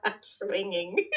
swinging